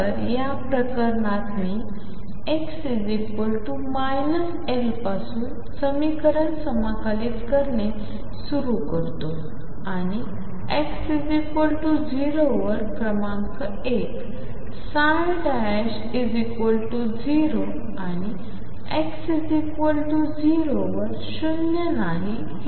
तर या प्रकरणात मी x L पासून समीकरण समाकलित करणे सुरू करतो आणि x 0 वर क्रमांक 1 0 आणि x0 वर शून्य नाही हे तपासा